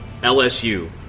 LSU